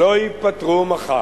לא ייפתרו מחר.